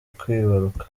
kwibaruka